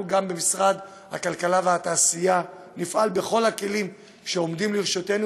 אנחנו במשרד הכלכלה והתעשייה נפעל בכל הכלים שעומדים לרשותנו,